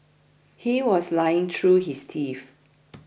he was lying through his teeth